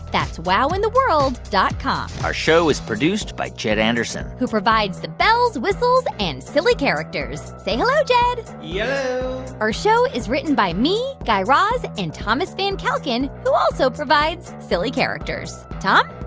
that's wowintheworld dot com our show is produced by jed anderson who provides the bells, whistles and silly characters. say hello, jed yello yeah our show is written by me, guy raz and thomas van kalken, who also provides silly characters. tom?